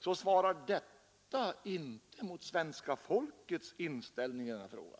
svarar detta inte mot svenska folkets inställning i denna fråga.